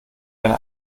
eine